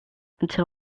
until